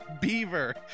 Beaver